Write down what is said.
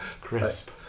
crisp